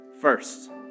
first